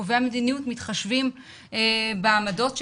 שקובעי המדיניות מתחשבים בעמדות שלהם,